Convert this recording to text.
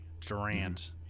Durant